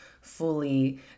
fully